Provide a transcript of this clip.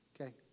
Okay